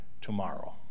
tomorrow